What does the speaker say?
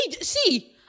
See